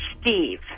Steve